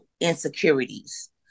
insecurities